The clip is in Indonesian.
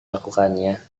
melakukannya